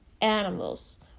animals